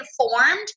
informed